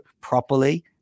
properly